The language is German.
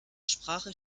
sprache